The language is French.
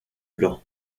blanc